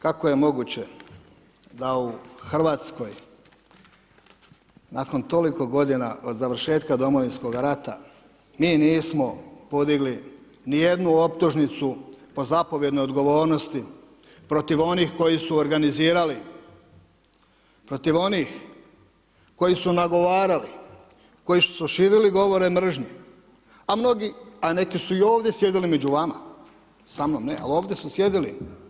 Kako je moguće da u RH nakon toliko godina od završetka Domovinskog rata mi nismo podigli nijednu optužnicu po zapovjednoj odgovornosti protiv onih koji su organizirali, protiv onih koji su nagovarali, koji su širili govore mržnje, a neki su i ovdje sjedili među vama, samnom ne, ali ovdje su sjedili.